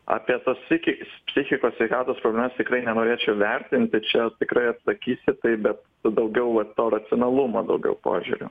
apie tas psikik psichikos sveikatos problemas tikrai nenorėčiau vertinti čia tikrai atsakysiu taip bet daugiau vat to racionalumo daugiau požiūriu